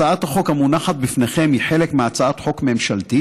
הצעת החוק המונחת לפניכם היא חלק מהצעת חוק ממשלתית,